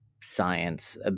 science